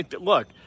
Look